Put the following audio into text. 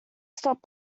stopped